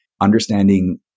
understanding